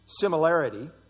similarity